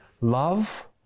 love